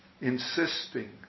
insisting